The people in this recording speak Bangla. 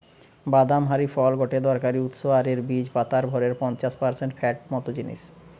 বাদাম হারি ফল গটে দরকারি উৎস আর এর বীজ পাতার ভরের পঞ্চাশ পারসেন্ট ফ্যাট মত জিনিস